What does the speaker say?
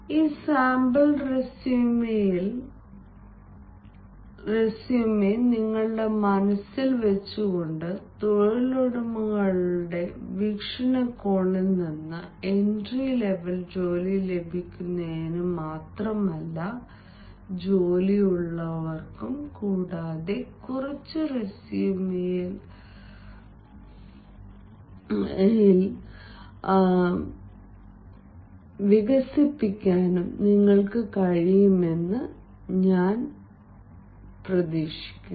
ഈ സാമ്പിൾ റെസ്യുമെയിൽ മനസ്സിൽ വെച്ചുകൊണ്ട് തൊഴിലുടമകളുടെ വീക്ഷണകോണിൽ നിന്ന് എൻട്രി ലെവലിൽ ജോലി ലഭിക്കുന്നതിന് മാത്രമല്ല ജോലിയിലുള്ളവർക്കും കൂടാതെ കുറച്ച് റെസ്യുമെയിൽ കുറയ്ക്കാനും നിങ്ങൾക്ക് കഴിയുമെന്ന് ഞാൻ പ്രതീക്ഷിക്കുന്നു